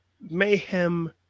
Mayhem